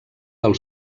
del